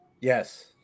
Yes